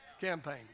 campaign